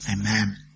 Amen